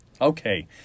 Okay